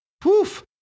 poof